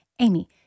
Amy